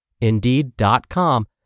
Indeed.com